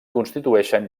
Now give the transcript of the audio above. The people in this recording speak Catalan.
constitueixen